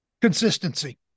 Consistency